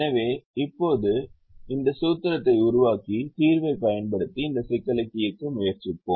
எனவே இப்போதே இந்த சூத்திரத்தை உருவாக்கி தீர்வைப் பயன்படுத்தி இந்த சிக்கலை தீர்க்க முயற்சிப்போம்